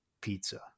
pizza